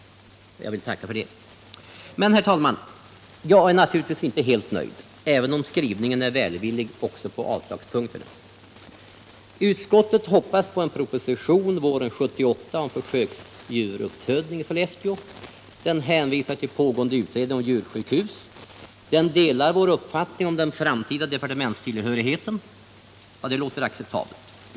Jag vill tacka för det. Men, herr talman, jag är naturligtvis inte helt nöjd, även om skrivningen är välvillig också på avslagspunkterna. Utskottet hoppas på en proposition våren 1978 om försöksdjursuppfödning i Sollefteå, man hänvisar till pågående utredning om djursjukhus och man delar vår uppfattning om den framtida departementstillhörigheten. Det låter acceptabelt.